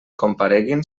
compareguin